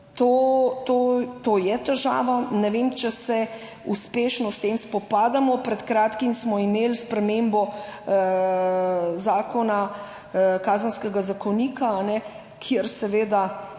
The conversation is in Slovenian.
To je težava. Ne vem, če se uspešno s tem spopadamo. Pred kratkim smo imeli spremembo Kazenskega zakonika, kjer seveda